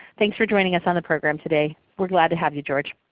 thanks for joining us on the program today. we're glad to have you, george.